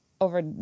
over